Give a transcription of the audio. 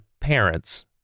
parents